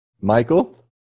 Michael